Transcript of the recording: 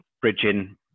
bridging